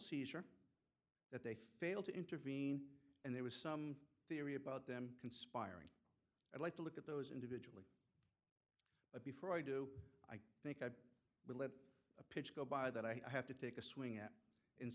seizure that they failed to intervene and there was some theory about them conspiring i'd like to look at those individuals but before i do i think i would let a pitch go by that i have to take a swing at